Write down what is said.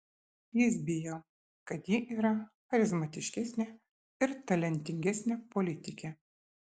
jis bijo kad ji yra charizmatiškesnė ir talentingesnė politikė